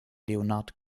leonard